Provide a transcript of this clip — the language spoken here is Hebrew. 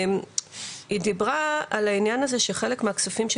היא דיברה על העניין שחלק מהכספים של